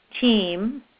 team